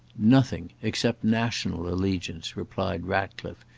nothing, except national allegiance, replied ratcliffe,